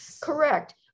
correct